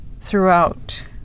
throughout